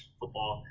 football